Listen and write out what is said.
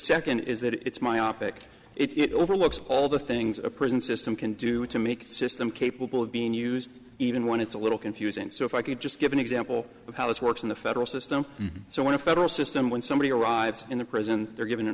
second is that it's myopic it overlooks all the things a prison system can do to make the system capable of being used even when it's a little confusing so if i could just give an example of how this works in the federal system so when a federal system when somebody arrives in a prison they're given an